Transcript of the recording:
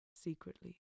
Secretly